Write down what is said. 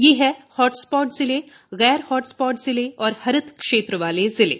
ये हैं हॉटस्पॉट जिले गैर हॉटस्पॉट जिले और हरित क्षेत्र वाले जिले